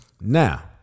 Now